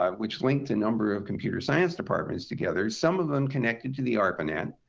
um which linked a number of computer science departments together. some of them connected to the arpanet,